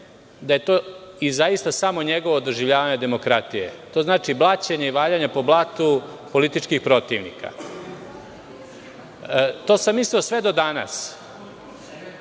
da je to i zaista samo njegovo doživljavanje demokratije. To znači blaćenje i valjanje po blatu političkih protivnika. To sam mislio sve do danas.